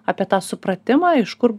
apie tą supratimą iš kur